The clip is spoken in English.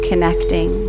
connecting